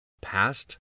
past